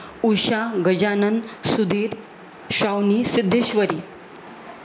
Usha Gajanan Sudhir Shavani Siddheshwari